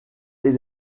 est